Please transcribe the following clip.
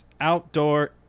outdoor